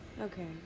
Okay